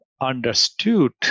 understood